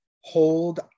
hold